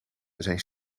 zijn